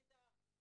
נהדר.